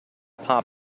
pop